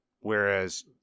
Whereas